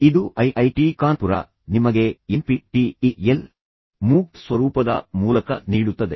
ಇದು ಐಐಟಿ ಕಾನ್ಪುರ ನಿಮಗೆ N P T E L MOOC ಸ್ವರೂಪದ ಮೂಲಕ ನೀಡುತ್ತದೆ